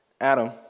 Adam